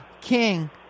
King